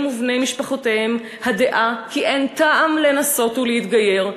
ובני משפחותיהם הדעה כי אין טעם לנסות ולהתגייר,